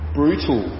brutal